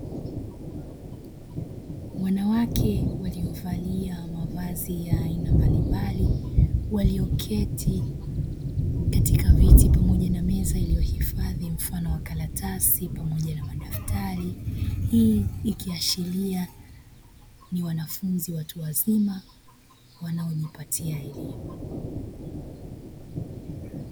Wanawake waliovalia mavazi ya aina mbalimbali walioketi katika viti pamoja na meza iliyohofadhi mfano wa karatasi pamoja na madaftari, hii ikiashiria ni wanafunzi watu wazima wanaojipatia elimu.